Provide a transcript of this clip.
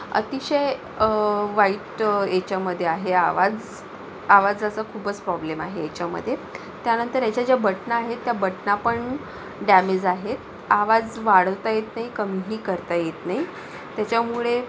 अतिशय वाईट याच्यामधे आहे आवाजस आवाजाचं खूपच प्रॉब्लेम आहे याच्यामधे त्यानंतर याच्या जे बटणं आहेत त्या बटणं पण डॅमेज आहेत आवाज वाढवता येत नाही कमीही करता येत नाही त्याच्यामुळे